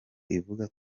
ivuga